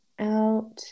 out